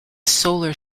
solar